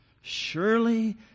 Surely